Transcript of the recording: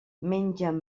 mengen